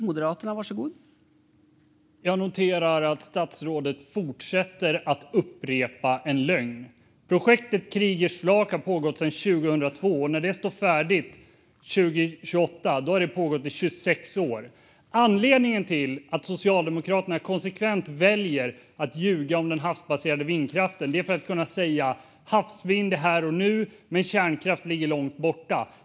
Fru talman! Jag noterar att statsrådet fortsätter att upprepa en lögn. Projektet Kriegers flak har pågått sedan 2002, och när det står färdigt 2028 har det pågått i 26 år. Anledningen till att Socialdemokraterna konsekvent väljer att ljuga om den havsbaserade vindkraften är att de vill kunna säga: Havsvind är här och nu, men kärnkraft ligger långt borta.